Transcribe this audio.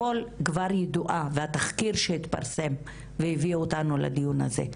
התחקיר שהתפרסם והביא אותנו לדיון הזה,